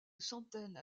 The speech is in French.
centaines